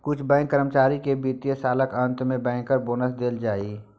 किछ बैंक कर्मचारी केँ बित्तीय सालक अंत मे बैंकर बोनस देल जाइ